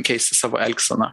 keisti savo elgseną